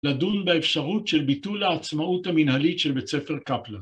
לדון באפשרות של ביטול העצמאות המנהלית של בית ספר קפלן.